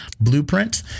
blueprint